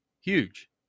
Huge